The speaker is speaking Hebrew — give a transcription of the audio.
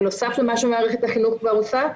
בנוסף למה שמערכת החינוך כבר עושה.